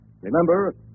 Remember